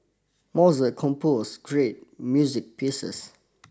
Mozart compose great music pieces